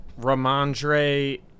Ramondre